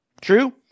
True